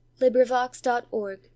LibriVox.org